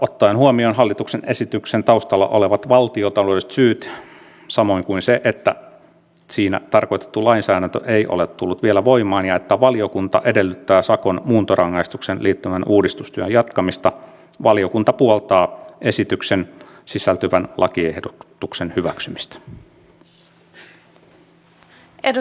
ottaen huomioon hallituksen esityksen taustalla olevat valtiontaloudelliset syyt samoin kuin sen että siinä tarkoitettu lainsäädäntö ei ole tullut vielä voimaan ja että valiokunta edellyttää sakon muuntorangaistukseen liittyvän uudistustyön jatkamista valiokunta puoltaa esitykseen sisältyvän lakiehdotuksen hyväksymistä